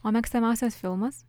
o mėgstamiausias filmas